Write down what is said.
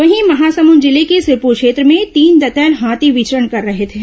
वहीं महासमुंद जिले के सिरपुर क्षेत्र में तीन दंतैल हाथी विचरण कर रहे हैं